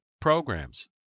programs